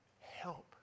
help